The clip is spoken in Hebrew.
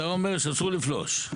אתה אומר שאסור לפלוש,